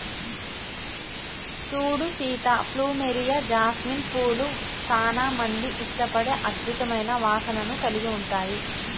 సూడు Sita plumeria, jasmine పూలు సానా మంది ఇష్టపడే అద్భుతమైన వాసనను కలిగి ఉంటాయి